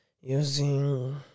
Using